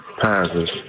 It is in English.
passes